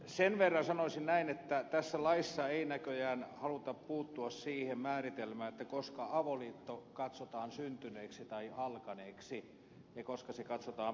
sen verran sanoisin että tässä laissa ei näköjään haluta puuttua siihen määritelmään koska avoliitto katsotaan syntyneeksi tai alkaneeksi ja koska se katsotaan päättyneeksi